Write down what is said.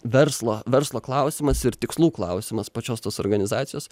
verslo verslo klausimas ir tikslų klausimas pačios tos organizacijos